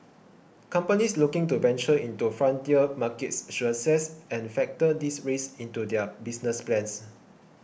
companies looking to venture into frontier markets should assess and factor these risks into their business plans